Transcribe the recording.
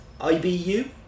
IBU